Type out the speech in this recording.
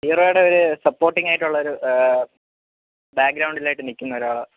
ഇവരോട് ഒരു സപ്പോർട്ടിംഗ് ആയിട്ടുള്ള ഒരു ബാക്ഗ്രൗണ്ടിൽ ആയിട്ട് നിൽക്കുന്ന ഒരാളാണ്